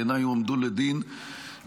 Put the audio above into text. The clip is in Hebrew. בעיניי הם הועמדו לדין בצדק,